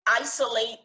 isolate